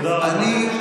תודה רבה.